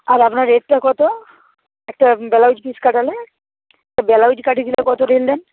আর আপনার রেটটা কতো একটা ব্লাউজ পিস কাটালে ব্লাউজ কাটিং দিলে কতো রেট নেন